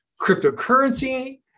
cryptocurrency